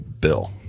Bill